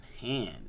hand